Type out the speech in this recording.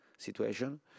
situation